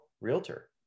realtor